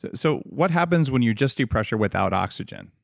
so what happens when you just do pressure without oxygen?